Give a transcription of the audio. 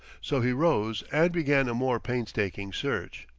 so he rose and began a more painstaking search.